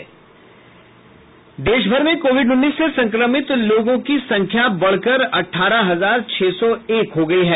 वहीं देश भर में कोविड उन्नीस से संक्रमित लोगों की संख्या बढकर अठारह हजार सौ एक हो गयी है